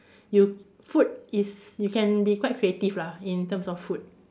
you food is you can be quite creative lah in terms of food